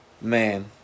Man